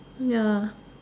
ya